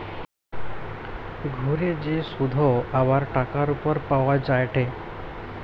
ঘুরে যে শুধ আবার টাকার উপর পাওয়া যায়টে